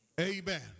Amen